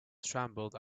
scrambled